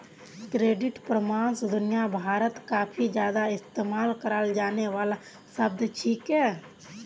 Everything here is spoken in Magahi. क्रेडिट परामर्श दुनिया भरत काफी ज्यादा इस्तेमाल कराल जाने वाला शब्द छिके